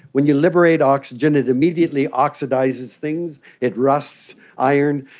when you liberate oxygen it immediately oxidises things, it rusts iron,